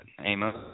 Amos